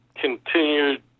continued